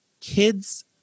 kids